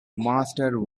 master